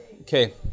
okay